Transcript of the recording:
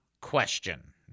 question